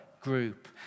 group